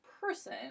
person